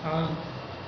on